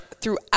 throughout